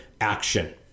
action